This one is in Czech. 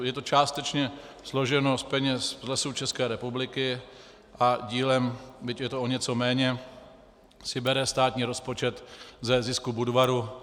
Je to částečně složeno z peněz Lesů České republiky a dílem, byť je to o něco méně, si bere státní rozpočet ze zisku Budvaru.